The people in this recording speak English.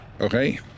Okay